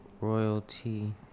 royalty